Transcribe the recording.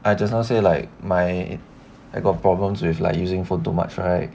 I just now say like my I got problems with like using phone too much right